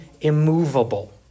immovable